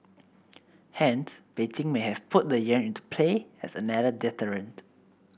hence Beijing may have put the yuan into play as another deterrent